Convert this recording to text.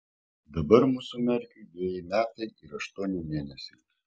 dabar mūsų merkiui dveji metai ir aštuoni mėnesiai